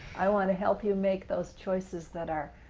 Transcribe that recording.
i want to help you make those choices that are